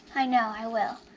i know, i will.